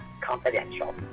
Confidential